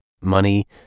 Money